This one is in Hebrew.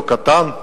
לא קטן,